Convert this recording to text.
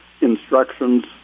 instructions